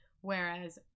whereas